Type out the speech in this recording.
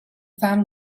fam